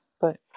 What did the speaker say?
but-